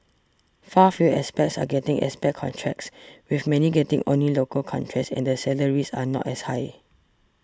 far fewer expats are getting expat contracts with many getting only local contracts and the salaries are not as high